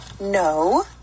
No